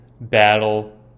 battle